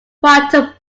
quantum